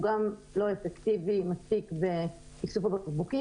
הוא גם לא אפקטיבי מספיק באיסוף הבקבוקים